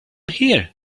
here